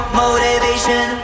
motivation